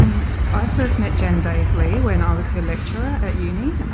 i first met jan daisley when i was her lecturer at uni.